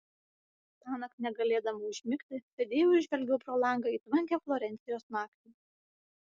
tąnakt negalėdama užmigti sėdėjau ir žvelgiau pro langą į tvankią florencijos naktį